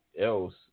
else